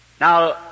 Now